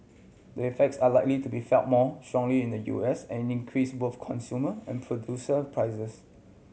the effects are likely to be felt more strongly in the U S and increase both consumer and producer prices